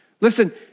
Listen